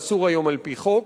זה אסור היום על-פי חוק.